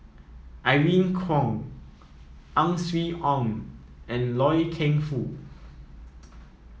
Irene Khong Ang Swee Aun and Loy Keng Foo